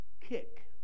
kick